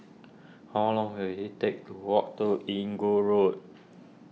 how long will it take to walk to Inggu Road